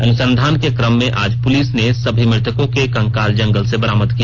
अनुसंधान के कम में आज पुलिस ने सभी मृतकों के कंकाल जंगल से बरामद किया